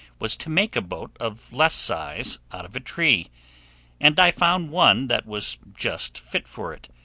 was to make a boat of less size out of a tree and i found one that was just fit for it,